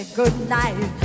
goodnight